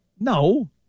No